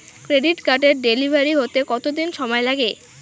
Credit কার্ডের delivery হতে কতদিন সময় লাগে?